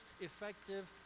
effective